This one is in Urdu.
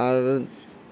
اور